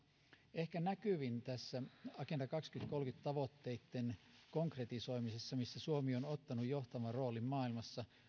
ehkä näkyvin agenda kaksituhattakolmekymmentä tavoitteitten konkretisoimisessa missä suomi on ottanut johtavan roolin maailmassa